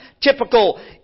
typical